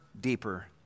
deeper